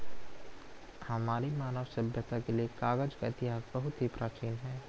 हमारी मानव सभ्यता के लिए कागज का इतिहास बहुत ही प्राचीन है